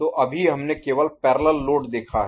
तो अभी हमने केवल पैरेलल लोड देखा है